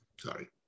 sorry